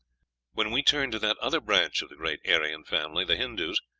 when we turn to that other branch of the great aryan family, the hindoos,